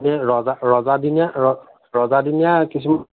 এ ৰজা ৰজাদিনীয়া ৰ ৰজাদিনীয়া কিছুমান